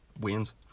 wins